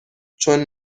چون